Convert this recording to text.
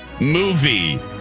movie